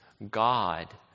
God